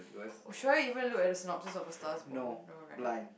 oh should I even look at synopsis of A-Star-Is-Born no right